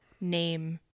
name